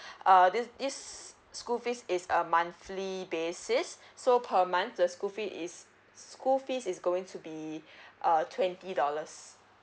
uh thi~ this school fees is a monthly basis so per month the school fee is school fees is going to be uh twenty dollars